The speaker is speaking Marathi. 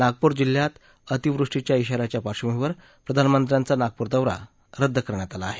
नागपूर जिल्ह्यात अतिवृष्टीच्या इशा याच्या पार्श्वभूमीवर प्रधानमंत्र्यांचा नागपूर दौरा रद्द करण्यात आला आहे